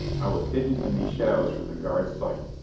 i was hidden in these shadows from the guard's sight,